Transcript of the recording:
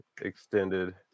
extended